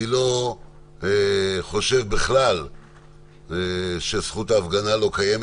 אני לא חושב בכלל שזכות ההפגנה לא קיימת.